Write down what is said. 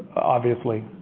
obviously.